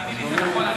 תאמיני לי שזה נכון.